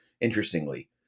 interestingly